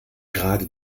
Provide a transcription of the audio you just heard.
gerade